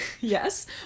yes